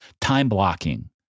time-blocking